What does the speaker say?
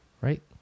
Right